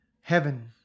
Heaven